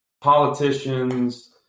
politicians